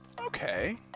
Okay